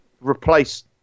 replace